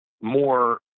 more